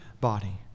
body